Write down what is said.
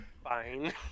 fine